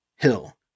Hill